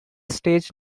stage